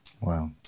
Wow